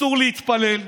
אסור להתפלל,